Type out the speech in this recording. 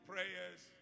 prayers